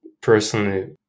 personally